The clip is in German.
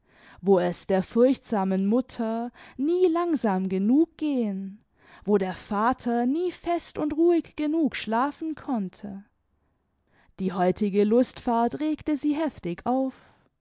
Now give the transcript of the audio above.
wo es der furchtsamen mutter nie langsam genug gehen wo der vater nie fest und ruhig genug schlafen konnte die heutige lustfahrt regte sie heftig auf